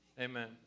amen